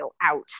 out